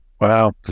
wow